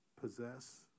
possess